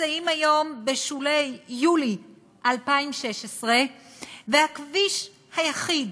נמצאים היום בשולי יולי 2016 והכביש היחיד